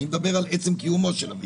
אני מדבר על עצם קיומו של הוויכוח.